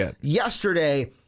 yesterday